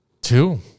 Two